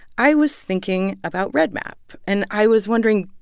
i was thinking about redmap, and i was wondering,